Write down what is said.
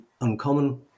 uncommon